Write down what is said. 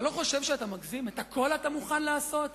אתה לא חושב שאתה מגזים, את הכול אתה מוכן לעשות?